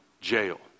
jail